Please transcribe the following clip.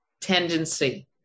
tendency